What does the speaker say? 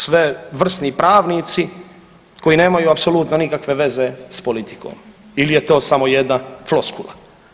Sve vrsni pravnici koji nemaju apsolutno nikakve veze s politikom, ili je to samo jedna floskula?